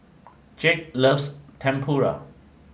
Jake loves Tempura